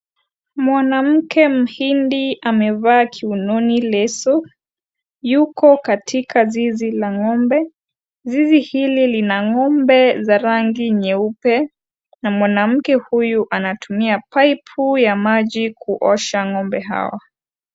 Mwanamke mhindi amevaa kiunoni leso yuko katika zizi la ng'ombe. Zizi hili lina ng'ombe wa rangi nyeupe na mwanamke huyu anatumia paipu ya maji kuosha ng'ombe hawa.